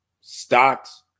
Stocks